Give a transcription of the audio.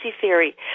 theory